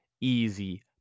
easy